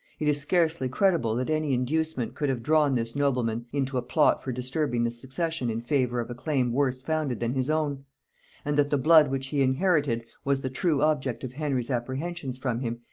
it is scarcely credible that any inducement could have drawn this nobleman into a plot for disturbing the succession in favour of a claim worse founded than his own and that the blood which he inherited was the true object of henry's apprehensions from him,